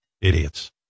Idiots